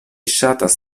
ŝatas